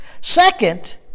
Second